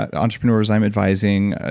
entrepreneurs i'm advising, ah